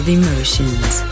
emotions